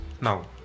Now